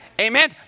Amen